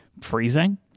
freezing